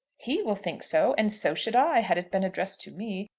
he will think so. and so should i, had it been addressed to me.